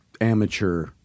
amateur